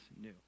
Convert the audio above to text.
new